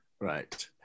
Right